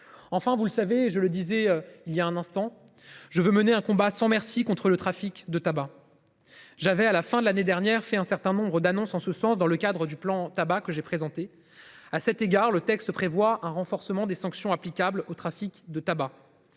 enfin vous le savez, je le disais il y a un instant je veux mener un combat sans merci contre le trafic de tabac. J'avais à la fin de l'année dernière, fait un certain nombre d'annonces en ce sens dans le cadre du plan tabac que j'ai présenté à cet égard, le texte prévoit un renforcement des sanctions applicables au trafic de tabac.